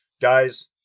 guys